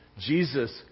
Jesus